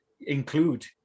include